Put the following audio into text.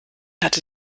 hatte